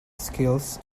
skills